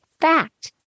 fact